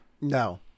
no